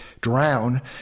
drown